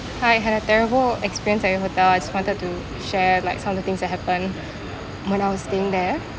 hi had a terrible experience at your hotel I just wanted to share like some of the things that happened when I was staying there